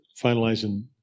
finalizing